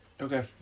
Okay